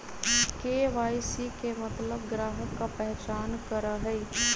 KYC के मतलब ग्राहक का पहचान करहई?